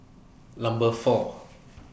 Number four